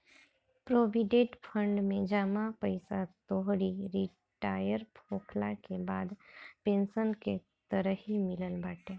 provident fund में जमा पईसा तोहरी रिटायर होखला के बाद पेंशन के तरही मिलत बाटे